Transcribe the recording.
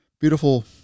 beautiful